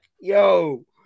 Yo